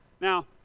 Now